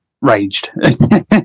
raged